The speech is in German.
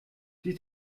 die